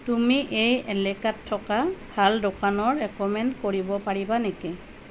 তুমি এই এলেকাত থকা ভাল দোকানৰ ৰেকমেণ্ড কৰিব পাৰিবা নেকি